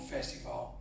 Festival